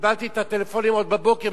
קיבלתי טלפונים עוד הבוקר,